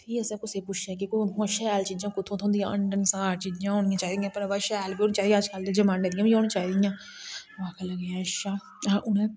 फ्ही असें कुसे गी पुच्छेआ कि कोल कोई शैळ चीजां कुत्थुआं थ्होंदियां हंडनसार चीजां होनी चाहिदयां भ्राबा शैल बी होनी चाहिदियां अजकल दे जमाने दी बी होनी चाहिदयां ओह् आखन लगे अच्छा